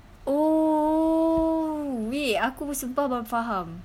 oh wait aku sumpah baru faham